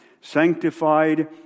sanctified